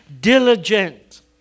diligent